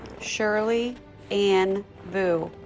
shirley anne vu